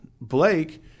Blake